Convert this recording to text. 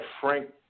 Frank